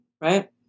right